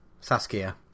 Saskia